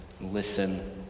listen